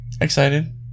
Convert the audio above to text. excited